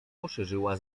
poszerzyła